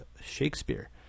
Shakespeare